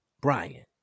Brian